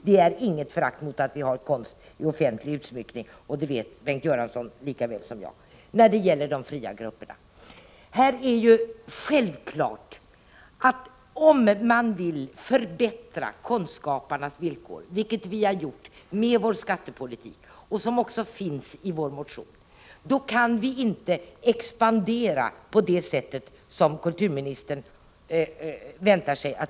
Detta innebär inte något förakt mot att vi har konst vid offentlig utsmyckning, och det vet Bengt Göransson lika väl som jag. När det gäller de fria grupperna är det ju självklart, att om man vill förbättra konstskaparnas villkor — vilket vi gör med vår skattepolitik liksom med vår motion — kan vi inte expandera på det sätt som kulturministern förväntar sig.